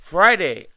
Friday